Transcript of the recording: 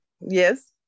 Yes